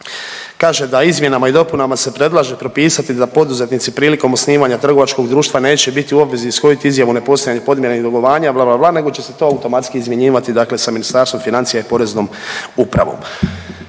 Kaže da izmjenama i dopunama se predlaže propisati da poduzetnici prilikom osnivanja trgovačkog društva neće biti u obvezi ishoditi izjavu o nepostojanju podmirenih dugovanja, bla, bla, bla, nego će se to automatski izmjenjivati, dakle sa Ministarstvom financija i poreznom upravom.